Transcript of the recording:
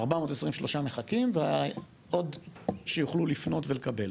423 מחכים, ועוד שיוכלו לפנות ולקבל.